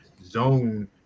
zone